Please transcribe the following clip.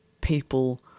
people